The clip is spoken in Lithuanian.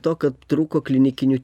to kad trūko klinikinių